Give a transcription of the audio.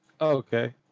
Okay